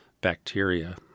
bacteria